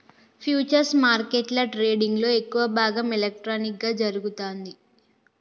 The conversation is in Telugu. ఫ్యూచర్స్ మార్కెట్ల ట్రేడింగ్లో ఎక్కువ భాగం ఎలక్ట్రానిక్గా జరుగుతాంది